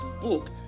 book